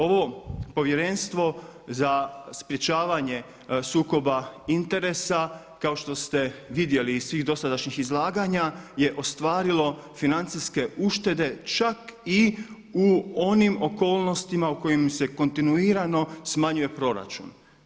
Ovo Povjerenstvo za sprječavanje sukoba interesa kao što ste vidjeli iz svih dosadašnjih izlaganja je ostvarilo financijske uštede čak i u onim okolnostima u kojima se kontinuirano smanjuje proračun.